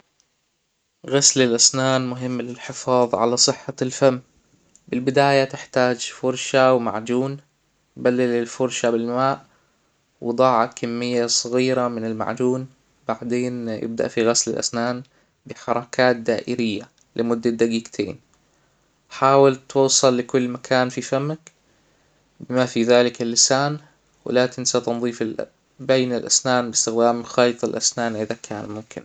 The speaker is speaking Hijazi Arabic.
غسل الأسنان مهم للحفاظ على صحة الفم: بالبداية تحتاج فرشة و معجون بلل الفرشة بالماء وضع كمية صغيرة من المعجون بعدين إبدأ فى غسل الأسنان بحركات دائرية لمدة دجيجتين حاول توصل لكل مكان فى فمك ما فى ذلك اللسان ولا تنسي تنظيف الـ- بين الأسنان بإستخدام خيط الأسنان إذا كان ممكن